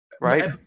Right